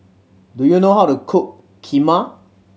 do you know how to cook Kheema